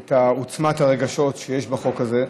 את עוצמת הרגשות שיש בחוק הזה,